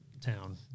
town